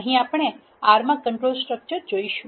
અહીં આપણે R માં કંટ્રોલ સ્ટ્રક્ચર જોશું